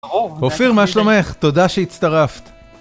אופיר מה שלומך? תודה שהצטרפת.